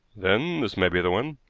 then this may be the one.